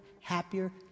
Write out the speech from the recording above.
happier